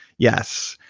yes,